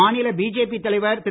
மாநில பிஜேபி தலைவர் திரு